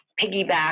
piggyback